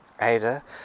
Ada